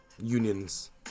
Unions